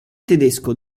tedesco